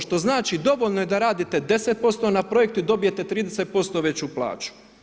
Što znači dovoljno je da radite 10% na projektu i dobijete 30% veću plaću.